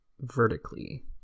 vertically